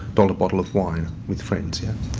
dollar bottle of wine with friends, yeah.